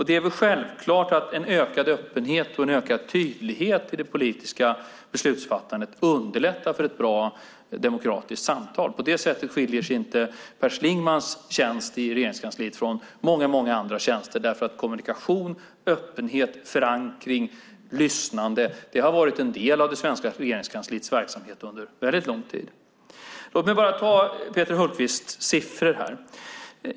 Det är självklart att en ökad öppenhet och en ökad tydlighet i det politiska beslutsfattandet underlättar för ett bra demokratiskt samtal. På det sättet skiljer sig inte Per Schlingmanns tjänst i Regeringskansliet från många andra tjänster, därför att kommunikation, öppenhet, förankring och lyssnande har varit en del av det svenska Regeringskansliets verksamhet under väldigt lång tid. Låt mig bara ta Peter Hultqvists siffror.